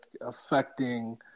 affecting